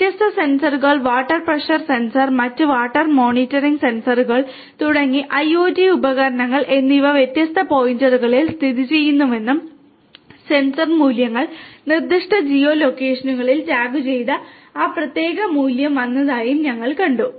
വ്യത്യസ്ത സെൻസറുകൾ water pressure sensor മറ്റ് വാട്ടർ മോണിറ്ററിംഗ് സെൻസറുകൾ തുടങ്ങിയ ഐഒടി ഉപകരണങ്ങൾ എന്നിവ വ്യത്യസ്ത പോയിന്റുകളിൽ സ്ഥിതിചെയ്യുന്നുവെന്നും സെൻസർ മൂല്യങ്ങൾ നിർദ്ദിഷ്ട ജിയോ ലൊക്കേഷനിൽ ടാഗുചെയ്ത് ആ പ്രത്യേക മൂല്യം വന്നതായും ഞങ്ങൾ കണ്ടു